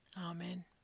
Amen